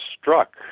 struck